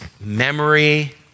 memory